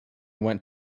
went